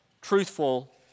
truthful